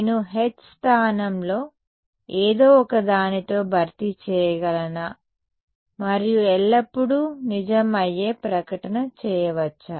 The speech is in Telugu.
నేను H స్థానంలో ఏదో ఒకదానితో భర్తీ చేయగలనా మరియు ఎల్లప్పుడూ నిజం అయ్యే ప్రకటన చేయవచ్చా